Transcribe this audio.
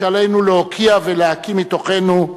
שעלינו להוקיע ולהקיא מתוכנו,